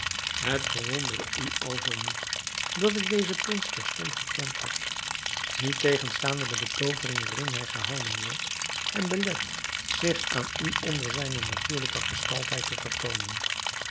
het verwondere u alzoo niet dat ik dezen prins terstond herkend heb niettegenstaande de betoovering waarin hij gehouden wordt hem belet zich aan u onder zijne natuurlijke gestalte te vertoonen